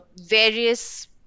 various